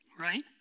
right